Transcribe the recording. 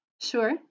Sure